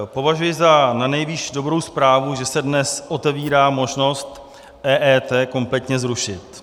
Považuji za nanejvýš dobrou zprávu, že se dnes otevírá možnost EET kompletně zrušit.